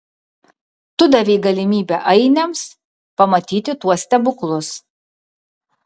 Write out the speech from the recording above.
tu davei galimybę ainiams pamatyti tuos stebuklus